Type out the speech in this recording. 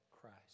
Christ